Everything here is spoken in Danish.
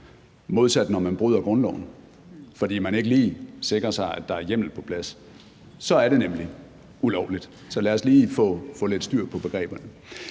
modsat når man bryder grundloven, fordi man ikke lige sikrer sig, at der er hjemmel på plads. Så er det nemlig ulovligt. Så lad os lige få lidt styr på begreberne.